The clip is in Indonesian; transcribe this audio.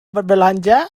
berbelanja